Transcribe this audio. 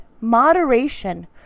moderation